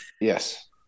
Yes